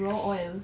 raw oil